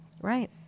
Right